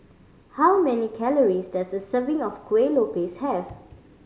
how many calories does a serving of Kuih Lopes have